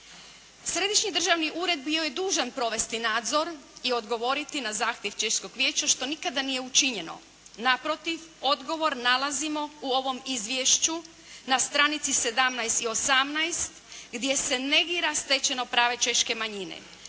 Središnji državni ured bio je dužan provesti nadzor i odgovoriti na zahtjev češkog vijeća što nikada nije učinjeno, naprotiv odgovor nalazimo u ovom izvješću na stranici 17 i 18 gdje se negira stečeno pravo češke manjine.